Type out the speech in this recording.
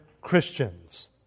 Christians